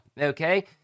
okay